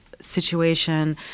situation